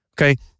okay